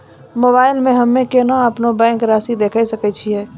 Mobile मे हम्मय केना अपनो बैंक रासि देखय सकय छियै?